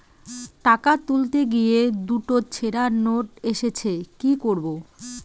টাকা তুলতে গিয়ে দুটো ছেড়া নোট এসেছে কি করবো?